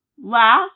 last